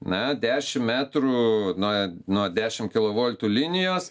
na dešimt metrų nuo nuo dešimt kilo voltų linijos